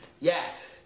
yes